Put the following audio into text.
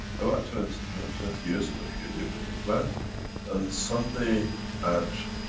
about twenty ah twenty years ago, if you lived in england and sunday at